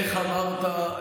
איך אמרת,